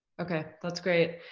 okay, that's great.